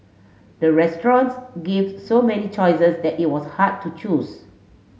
the restaurant gave so many choices that it was hard to choose